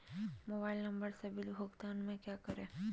Mobile number से bill भुगतान में क्या करें?